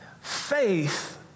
faith